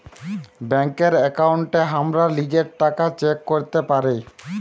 ব্যাংকের একাউন্টে হামরা লিজের টাকা চেক ক্যরতে পারি